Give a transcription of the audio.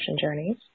journeys